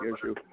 issue